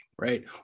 right